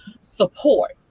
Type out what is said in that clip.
Support